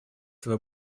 свою